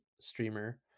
streamer